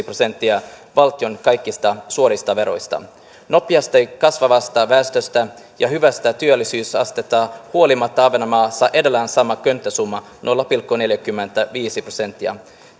prosenttia valtion kaikista suorista veroista nopeasti kasvavasta väestöstä ja hyvästä työllisyysasteesta huolimatta ahvenanmaa saa edelleen saman könttäsumman nolla pilkku neljäkymmentäviisi prosenttia